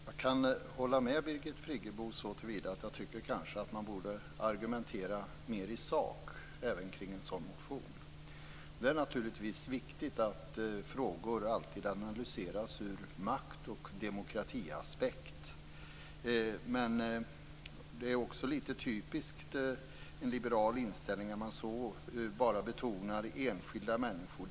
Fru talman! Jag håller med Birgit Friggebo om att man kanske borde argumentera mera i sak även kring en sådan motion. Det är naturligtvis viktigt att frågor alltid analyseras ur makt och demokratiaspekter. Men det är också litet typiskt en liberal inställning att man bara betonar enskilda människor.